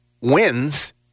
wins